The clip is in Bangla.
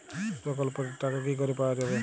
প্রকল্পটি র টাকা কি করে পাওয়া যাবে?